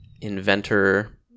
inventor